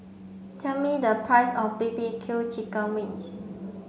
tell me the price of B B Q chicken wings